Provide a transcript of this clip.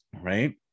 right